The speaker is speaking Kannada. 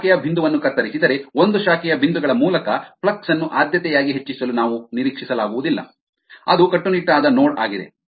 ಇತರ ಶಾಖೆಯ ಬಿಂದುವನ್ನು ಕತ್ತರಿಸಿದರೆ ಒಂದು ಶಾಖೆಯ ಬಿಂದುಗಳ ಮೂಲಕ ಫ್ಲಕ್ಸ್ ಅನ್ನು ಆದ್ಯತೆಯಾಗಿ ಹೆಚ್ಚಿಸಲು ನಾವು ನಿರೀಕ್ಷಿಸಲಾಗುವುದಿಲ್ಲ ಅದು ಕಟ್ಟುನಿಟ್ಟಾದ ನೋಡ್ ಆಗಿದೆ